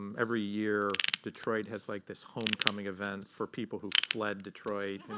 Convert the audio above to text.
um every year, detroit has like this homecoming event for people who fled detroit,